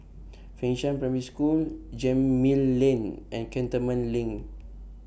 Fengshan Primary School Gemmill Lane and Cantonment LINK